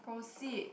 proceed